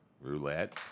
roulette